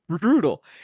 brutal